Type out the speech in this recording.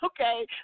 okay